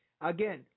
Again